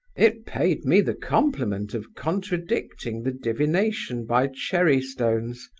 it paid me the compliment of contradicting the divination by cherry-stones.